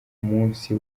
munsi